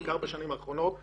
בעיקר בשנים האחרונות,